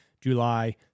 July